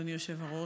אדוני היושב-ראש,